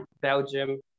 Belgium